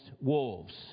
wolves